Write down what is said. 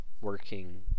working